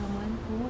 ((mmhmm)mm)